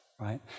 right